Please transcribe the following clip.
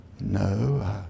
no